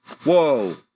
Whoa